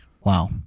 Wow